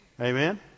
Amen